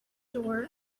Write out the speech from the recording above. door